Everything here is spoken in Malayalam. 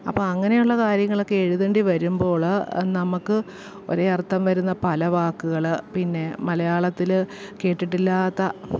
അപ്പം അങ്ങനെയുള്ള കാര്യങ്ങളൊക്കെ എഴുതേണ്ടി വരുമ്പോൾ നമുക്ക് ഒരേ അർത്ഥം വരുന്ന പല വാക്കുകൾ പിന്നേ മലയാളത്തിൽ കേട്ടിട്ടില്ലാത്ത